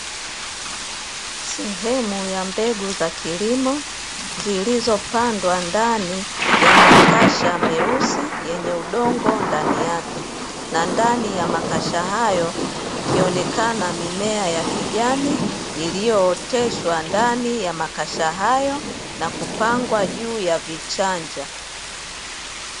Sehemu ya mbegu za kilimo zilizopandwa ndani ya makasha meusi yenye udongo, ndani yake na ndani ya makasha hayo ikionekana mimea ya kijani iliyooteshwa ndani ya makasha hayo na kupangwa juu ya vichanja.